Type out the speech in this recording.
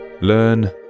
learn